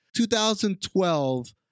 2012